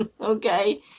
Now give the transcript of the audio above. Okay